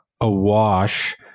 awash